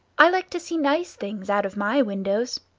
i like to see nice things out of my windows.